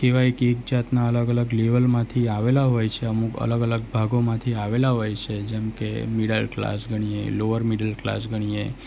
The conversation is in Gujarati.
કહેવાય કે એક જાતના અલગ અલગ લેવલમાંથી આવેલા હોય છે અમુક અલગ અલગ ભાગોમાંથી આવેલા હોય છે જેમ કે મિડલ ક્લાસ ગણીએ લોવર મિડલ ક્લાસ ગણીએ